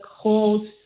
close